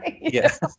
Yes